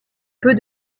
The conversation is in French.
peu